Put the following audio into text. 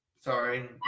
sorry